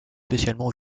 spécialement